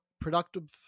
productive